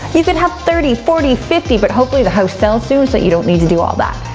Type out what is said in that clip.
you could have thirty, forty, fifty, but hopefully the house sells soon so that you don't need to do all that.